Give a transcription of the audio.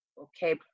okay